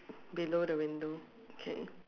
below the window okay